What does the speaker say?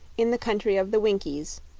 in the country of the winkies,